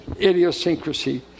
idiosyncrasy